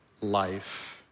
life